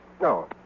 No